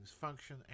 function